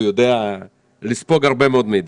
הוא יודע לספוג הרבה מאוד מידע.